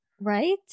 Right